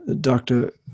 Doctor